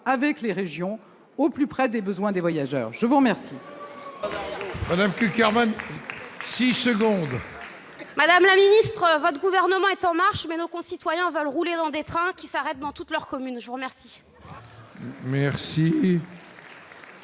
avec les régions, au plus près des besoins des voyageurs ! La parole